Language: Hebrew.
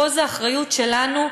פה זה אחריות שלנו,